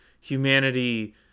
humanity